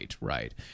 Right